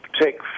Take